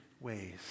ways